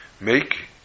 Make